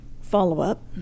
follow-up